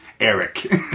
Eric